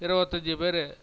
இருபத்தஞ்சி பேர்